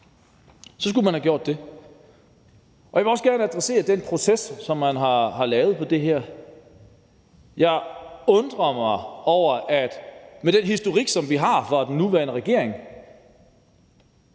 Så skulle man have gjort det. Og jeg vil også gerne adressere den proces, som man har lavet her. Jeg undrer mig over, at et parti som Venstre – med den historik, som vi har fra den nuværende regering